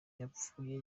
yapfuye